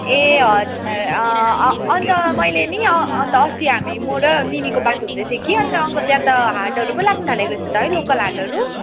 ए हजुर अन्त मैले नि अन्त अस्ति हामी म र मिनीको बात हुँदैथियो कि अन्त अङ्कल त्यहाँ त हाटहरू पो लाग्नुथालेको रहेछ त है लोकल हाटहरू